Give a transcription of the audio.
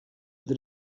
that